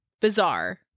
bizarre